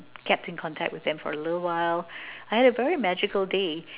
kept in contact with them for a little while I had a very magical day